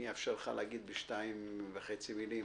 אאפשר לך להגיד בשתיים וחצי מילים